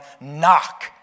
knock